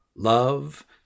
love